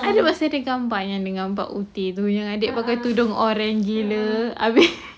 ada masih ada gambar yang nampak putih tu yang adik bertudung oren gila habis